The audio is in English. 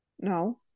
No